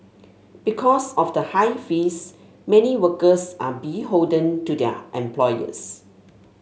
because of the high fees many workers are beholden to their employers